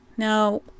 Now